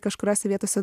kažkuriose vietose